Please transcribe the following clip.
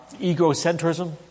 egocentrism